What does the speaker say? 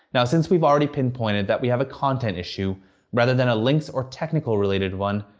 now, since we've already pinpointed that we have a content issue rather than a links or technical-related one,